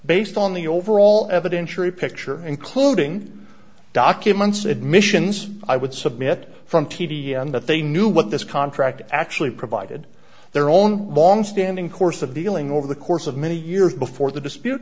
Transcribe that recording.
based on the overall evidentiary picture including documents admissions i would submit from t t n but they knew what this contract actually provided their own longstanding course of the yelling over the course of many years before the dispute